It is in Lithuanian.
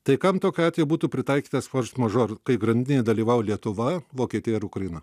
tai kam tokiu atveju būtų pritaikytas fors mažor kai grandinėje dalyvauja lietuva vokietija ir ukraina